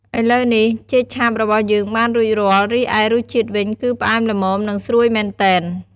ឥឡូវនេះ ចេកឆាបរបស់យើងបានរួចរាល់ រីឯរសជាតិវិញ គឺផ្អែមល្មម និងស្រួយមែនទែន។